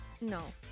No